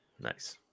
nice